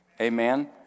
Amen